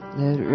let